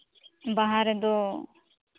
ᱵᱟᱦᱟ ᱨᱮᱫᱚ